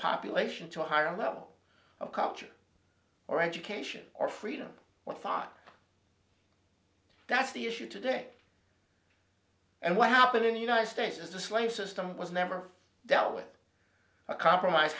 population to a higher level of culture or education or freedom or fart that's the issue today and what happened in the united states as a slave system was never dealt with a compromise